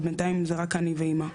אבל בינתיים זה רק אני ואמא.